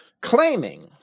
Claiming